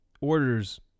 orders